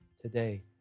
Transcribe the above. today